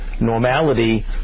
normality